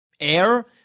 air